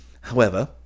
However